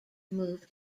moved